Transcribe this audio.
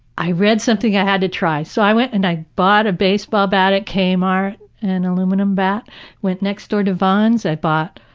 i read something i had to try. so i went and bought a baseball bat at kmart an aluminum bat went next door to vons. i bought